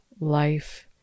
life